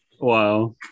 Wow